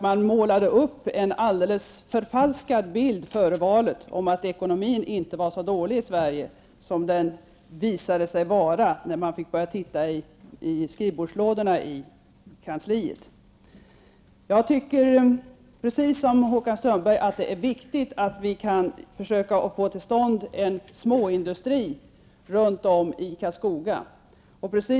Man målade upp en helt förfalskad bild inför valet om att ekonomin inte var så dålig i Sverige som den visade sig vara när man började titta i skrivbordslådorna i kansliet. Jag anser precis som Håkan Strömberg att det är viktigt att försöka få till stånd småindustri runt om i Karlskoga.